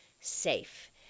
safe